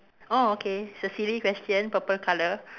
oh okay it's a silly question purple colour